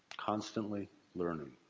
constantly learning.